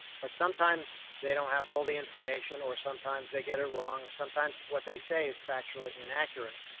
but sometimes they don't have all the information or sometimes they get it wrong or sometimes what they say is factually inaccurate,